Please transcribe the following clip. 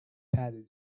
padded